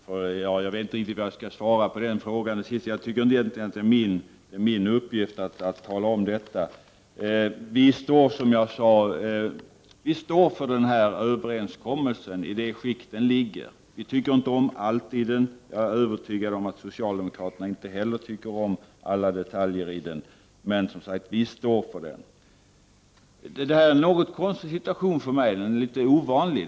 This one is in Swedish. Fru talman! Jag vet inte riktigt vad jag skall svara på den sista frågan. Det är inte som jag ser det min uppgift att tala om detta. Folkpartiet står, precis som jag sade, för denna överenskommelse i det skick den ligger. Vi tycker inte om allt i den, och jag är övertygad om att inte heller socialdemokraterna tycker om alla detaljer i den. Men, som sagt, vi står för den. Detta är en något konstig situation för mig, den är litet ovanlig.